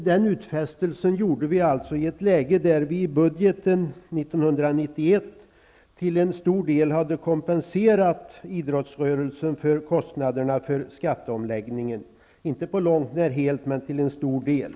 Den utfästelsen gjorde vi i ett läge då vi i budgeten 1991 till en stor del hade kompenserat idrottsrörelsen för kostnaderna för skatteomläggningen, inte på långt när helt, men till en stor del.